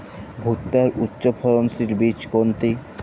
ভূট্টার উচ্চফলনশীল বীজ কোনটি?